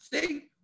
See